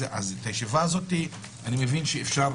אז בישיבה הזאת אני מבין שאפשר